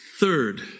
Third